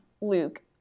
Luke